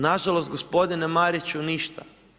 Nažalost gospodine Mariću, ništa.